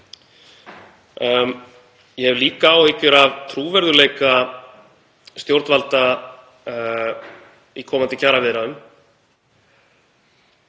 Ég hef líka áhyggjur af trúverðugleika stjórnvalda í komandi kjaraviðræðum.